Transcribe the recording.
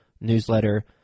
newsletter